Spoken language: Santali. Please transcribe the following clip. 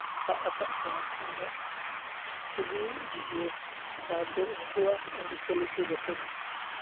ᱥᱟᱵ ᱨᱟᱠᱟᱵ ᱠᱮᱭᱟ ᱤᱧᱟᱹᱜ ᱪᱷᱚᱵᱤ ᱵᱷᱤᱡᱟᱹᱣ ᱥᱟᱶᱛᱮ ᱩᱱᱠᱩᱣᱟᱜ ᱟᱹᱨᱤᱪᱟᱹᱞᱤ ᱠᱚ ᱡᱚᱛᱚᱧ